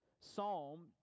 psalm